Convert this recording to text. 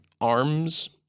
arms